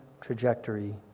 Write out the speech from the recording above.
trajectory